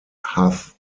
hugh